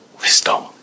Wisdom